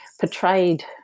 portrayed